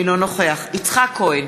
אינו נוכח יצחק כהן,